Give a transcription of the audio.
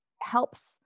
helps